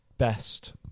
Best